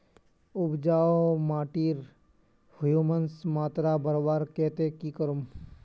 उपजाऊ माटिर ह्यूमस मात्रा बढ़वार केते की करूम?